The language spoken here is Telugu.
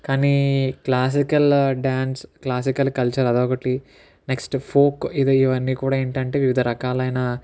కానీ క్లాసికల్ డాన్స్ క్లాసికల్ కల్చర్ ఇదొకటి నెక్స్ట్ ఫోక్ ఇది ఇవన్నీ కూడా ఏంటంటే వివిధ రకాలైన